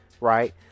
right